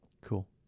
Cool